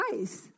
ICE